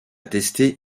tester